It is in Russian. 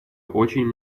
очень